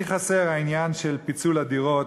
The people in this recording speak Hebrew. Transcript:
לי חסר העניין של פיצול הדירות,